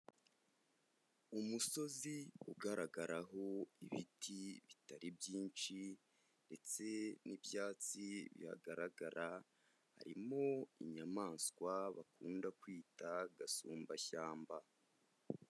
Umusozi ugaragaraho ibiti bitari byinshi ndetse n'ibyatsi bihagaragara, harimo inyamaswa bakunda kwita gasumbashyamba.